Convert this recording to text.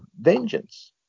Vengeance